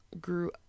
grew